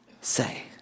say